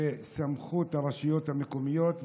בסמכות הרשויות המקומיות,